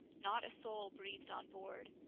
not a soul breathed on board.